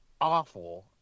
awful